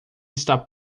está